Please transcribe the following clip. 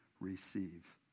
receive